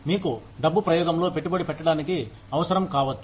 మీకు డబ్బు ప్రయోగంలో పెట్టుబడి పెట్టడానికి అవసరం కావచ్చు